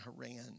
Haran